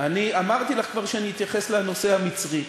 אמרתי לך כבר שאני אתייחס לנושא המצרי.